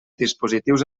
dispositius